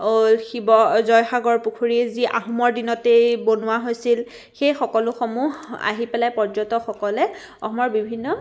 শিৱ জয়সাগৰ পুখুৰী যি আহোমৰ দিনতেই বনোৱা হৈছিল সেই সকলোসমূহ আহি পেলাই পৰ্যটকসকলে অসমৰ বিভিন্ন